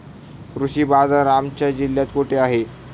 कृषी बाजार आमच्या जिल्ह्यात कुठे आहे?